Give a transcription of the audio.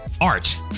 art